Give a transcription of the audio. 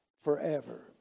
forever